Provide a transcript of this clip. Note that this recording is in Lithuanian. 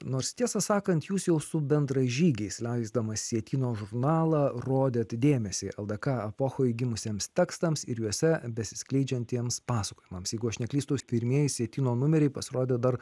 nors tiesą sakant jūs jau su bendražygiais leisdamas sietyno žurnalą rodėt dėmesį ldk epochoje gimusiems tekstams ir juose besiskleidžiantiems pasakojimams jeigu aš neklystu pirmieji sietyno numeriai pasirodė dar